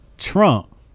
Trump